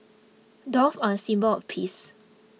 doves are symbol of peace